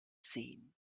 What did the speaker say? seen